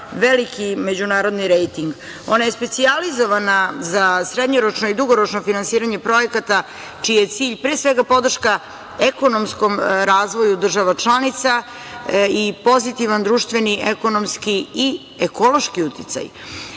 veliki međunarodni rejting. Ona je specijalizovana za srednjoročno i dugoročno finansiranje projekata čiji je cilj, pre svega, podrška ekonomskom razvoju država članica i pozitivan društveni, ekonomski i ekološki